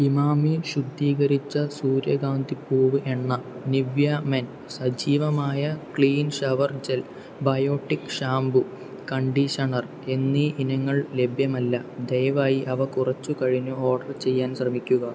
ഇമാമി ശുദ്ധീകരിച്ച സൂര്യകാന്തിപ്പൂവ് എണ്ണ നിവ്യ മെൻ സജീവമായ clean shower gel Biotique shampoo conditioner എന്നീ ഇനങ്ങൾ ലഭ്യമല്ല ദയവായി അവ കുറച്ചു കഴിഞ്ഞു ഓർഡർ ചെയ്യാൻ ശ്രമിക്കുക